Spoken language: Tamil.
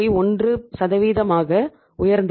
1 ஆக உயர்ந்தது